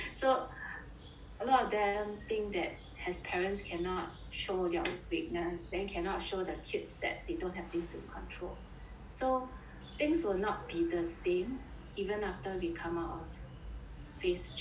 a lot of them think that as parents cannot show their weakness then cannot show their kids that they don't have things in control so things will not be the same even after we come out of phase three